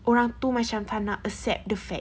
orang itu macam tak nak accept the fact